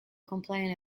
complained